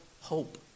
hope